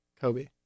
Kobe